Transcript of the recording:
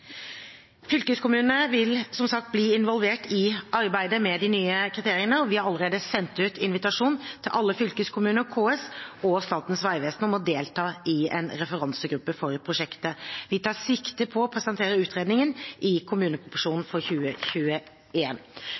Fylkeskommunene vil som sagt bli involvert i arbeidet med de nye kriteriene, og vi har allerede sendt ut invitasjon til alle fylkeskommuner, KS og Statens vegvesen om å delta i en referansegruppe for prosjektet. Vi tar sikte på å presentere utredningen i kommuneproposisjonen for